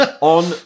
on